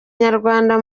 nyarwanda